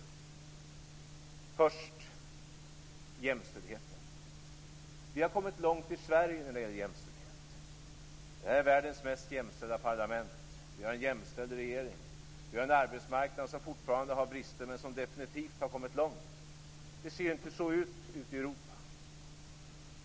Det gäller först jämställdheten. Vi har i Sverige kommit långt när det gäller jämställdhet. Vårt parlament är världens mest jämställda. Vi har en jämställd regering. Vi har en arbetsmarknad som fortfarande har brister men som definitivt har kommit långt. Det ser inte likadant ut ute i Europa.